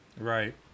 Right